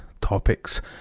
topics